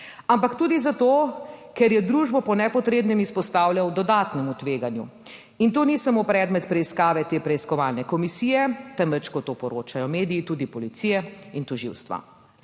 ampak tudi zato, ker je družbo po nepotrebnem izpostavljal dodatnemu tveganju. In to ni samo predmet preiskave te preiskovalne komisije, temveč, kot to poročajo mediji, tudi policije in tožilstva.